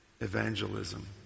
evangelism